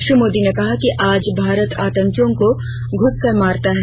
श्री मोदी ने कहा कि आज भारत आतंकियों को घुस कर मारता है